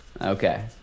Okay